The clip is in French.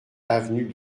avenue